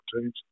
teams